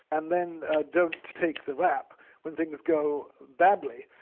and then ah don't take the rap when things go badly.